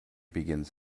begins